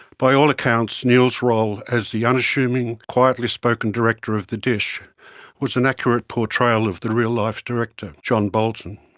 by all accounts, neill's role as the unassuming, quietly spoken director of the dish was an accurate portrayal of the real life director john bolton.